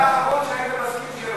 אתה האחרון שהיה מסכים,